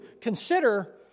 consider